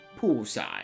Poolside